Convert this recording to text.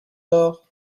heures